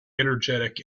energetic